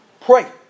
Pray